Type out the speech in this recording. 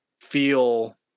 feel